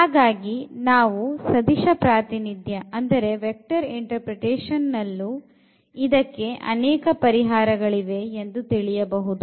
ಹಾಗಾಗಿ ನಾವು ಸದಿಶ ಪ್ರಾತಿನಿಧ್ಯ ದಲ್ಲೂ ಇದಕ್ಕೆ ಅನೇಕ ಪರಿಹಾರಗಳಿವೆ ಎಂದು ತಿಳಿಯಬಹುದು